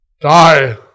die